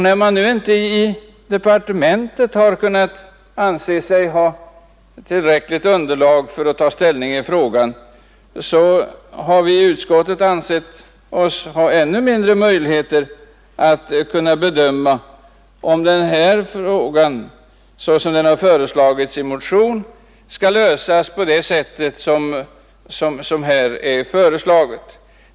När man inte nu inom departementet har ansett sig ha tillräckligt underlag för att ta ställning har vi i utskottet ansett oss ha ännu mindre möjligheter att kunna bedöma om denna fråga skall lösas på det sätt som föreslagits i motionen.